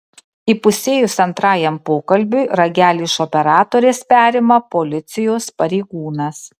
įpusėjus antrajam pokalbiui ragelį iš operatorės perima policijos pareigūnas